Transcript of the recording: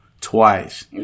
twice